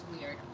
weird